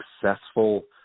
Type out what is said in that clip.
successful